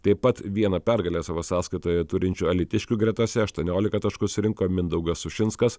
taip pat vieną pergalę savo sąskaitoje turinčių alytiškių gretose aštuoniolika taškų surinko mindaugas sušinskas